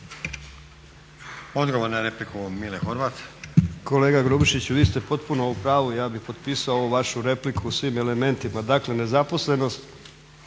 **Horvat, Mile (SDSS)** Kolega Grubišić, vi ste potpuno u pravu. Ja bi potpisao ovu vašu repliku u svim elementima. Dakle, nezaposlenost